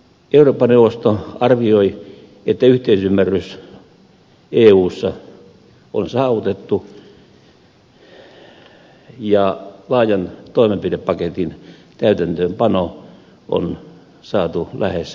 eurooppa neuvosto arvioi että yhteisymmärrys eussa on saavutettu ja laajan toimenpidepaketin täytäntöönpano on saatu lähes päätökseen